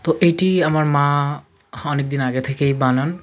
তো এইটি আমার মা অনেকদিন আগে থেকেই বানান